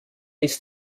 ist